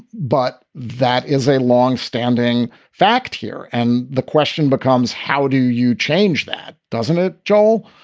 but that is a longstanding fact here. and the question becomes, how do you change that, doesn't it? joel,